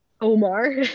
Omar